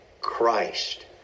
Christ